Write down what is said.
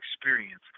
experience